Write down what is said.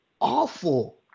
awful